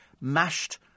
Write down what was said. mashed